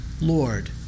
Lord